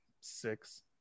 Six